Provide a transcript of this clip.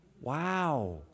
Wow